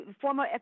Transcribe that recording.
former